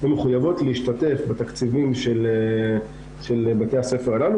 הן מחויבות להשתתף בתקציבים של בתי הספר הללו,